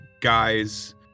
guys